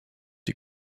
die